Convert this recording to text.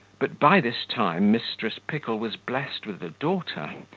but by this time mrs. pickle was blessed with a daughter,